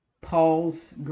Paul's